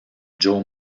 joe